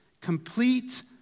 Complete